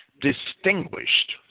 distinguished